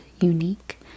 unique